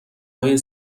های